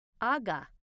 Aga